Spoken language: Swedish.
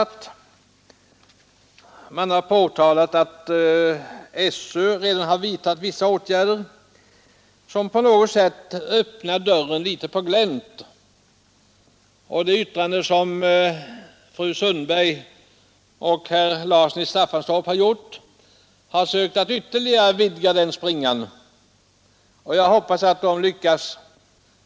Utskottet har framhållit att SÖ redan vidtagit vissa åtgärder, som på något sätt öppnar dörren litet på glänt. Och i det yttrande som fru Sundberg och herr Larsson i Staffanstorp fogat till betänkandet har de sökt vidga den springan ytterligare. Jag hoppas att de lyckas.